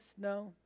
No